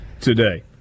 today